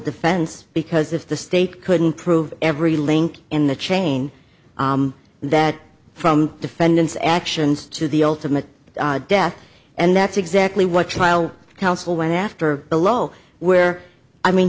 defense because if the state couldn't prove every link in the chain that from defendant's actions to the ultimate death and that's exactly what trial counsel went after below where i mean